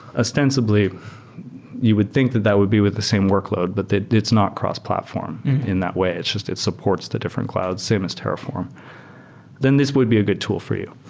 ostensibly you would think that that would be with the same workload, but it's not cross-platform in that way. it's just it supports the different clouds, same as terraform then this would be a good tool for you,